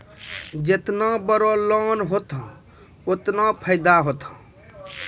जेतना बड़ो लोन होतए ओतना फैदा होतए